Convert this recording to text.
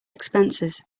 expenses